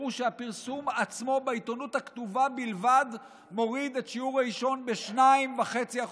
הראו שהפרסום עצמו בעיתונות הכתובה בלבד מוריד את שיעור העישון ב-2.5%.